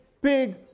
big